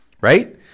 right